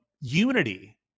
unity